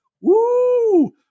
woo